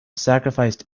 sacrificed